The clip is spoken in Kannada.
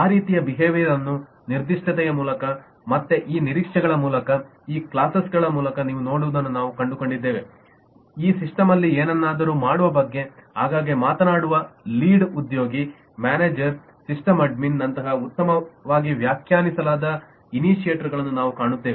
ಆ ರೀತಿಯ ಬಿಹೇವಿಯರ್ನ್ನು ನಿರ್ದಿಷ್ಟತೆಯ ಮೂಲಕ ಮತ್ತೆ ಈ ನಿರೀಕ್ಷೆಗಳ ಮೂಲಕ ಈ ಕ್ಲಾಸೆಸ್ ಮೂಲಕ ನೀವು ನೋಡುವುದನ್ನ ನಾವು ಕಂಡುಕೊಂಡಿದ್ದೇವೆ ಈ ಸಿಸ್ಟಮಲ್ಲಿ ಏನನ್ನಾದರೂ ಮಾಡುವ ಬಗ್ಗೆ ಆಗಾಗ್ಗೆ ಮಾತನಾಡುವ ಲೀಡ್ ಉದ್ಯೋಗಿ ಮ್ಯಾನೇಜರ್ ಸಿಸ್ಟಮ್ ಅಡ್ಮಿನ್ ನಂತಹ ಉತ್ತಮವಾಗಿ ವ್ಯಾಖ್ಯಾನಿಸಲಾದ ಇನಿಶಿಯೇಟರ್ಗಳನ್ನು ನಾವು ಕಾಣುತ್ತೇವೆ